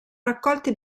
raccolti